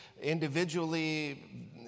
individually